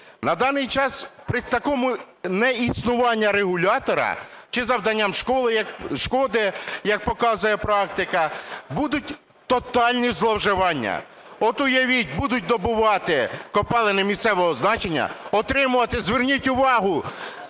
На даний час при такому неіснуванні регулятора, чи завданням шкоди, як показує практика, будуть тотальні зловживання. От, уявіть, будуть добувати копалини місцевого значення, отримувати, зверніть увагу,